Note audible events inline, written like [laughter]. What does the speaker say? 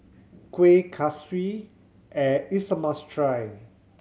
Kuih Kaswi [hesitation] is a must try